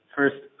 First